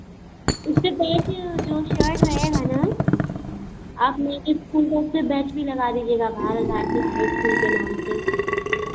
इससे पहले जो शर्ट रहेगा ना आप मेरे स्कूल में से बैच भी लगा दीजिएगा भारत भारतीय हाई स्कूल के नाम से